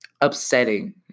upsetting